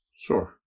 Sure